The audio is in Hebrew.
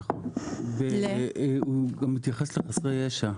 הוא גם התייחס לחסרי ישע,